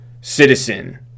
citizen